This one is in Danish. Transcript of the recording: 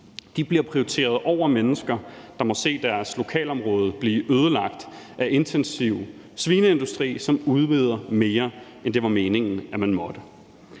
bliver prioriteret over mennesker, der må se deres lokalområde blive ødelagt af intensiv svineindustri, som udvider mere, end det var meningen at man måtte.